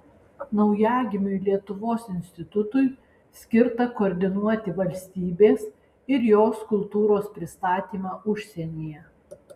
naujagimiui lietuvos institutui skirta koordinuoti valstybės ir jos kultūros pristatymą užsienyje